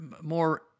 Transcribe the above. more